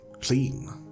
clean